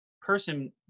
person